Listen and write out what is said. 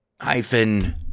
hyphen